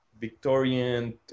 Victorian